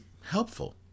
helpful